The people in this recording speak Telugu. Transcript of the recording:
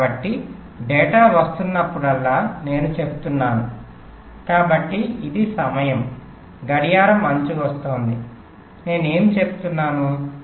కాబట్టి డేటా వస్తున్నప్పుడల్లా నేను చెప్తున్నాను కాబట్టి ఇది సమయం గడియారం అంచు వస్తోంది నేను ఏమి చెప్తున్నాను